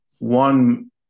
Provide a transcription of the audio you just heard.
one